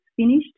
finished